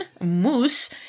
Moose